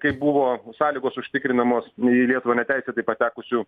kaip buvo sąlygos užtikrinamos į lietuvą neteisėtai patekusių